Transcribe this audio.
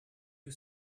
you